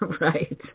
Right